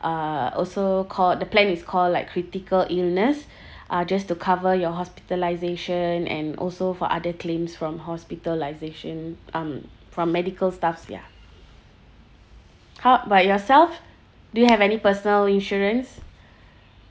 uh also called the plan is called like critical illness uh just to cover your hospitalisation and also for other claims from hospitalisation um from medical stuffs ya how about yourself do you have any personal insurance